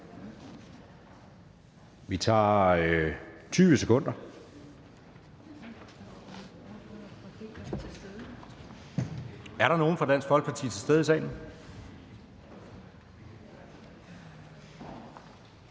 giver det 20 sekunder. Er der nogen fra Dansk Folkeparti til stede i salen?